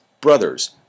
brothers